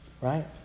right